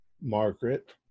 Margaret